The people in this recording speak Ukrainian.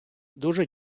дуже